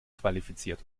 qualifiziert